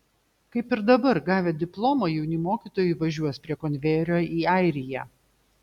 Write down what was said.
kaip ir dabar gavę diplomą jauni mokytojai važiuos prie konvejerio į airiją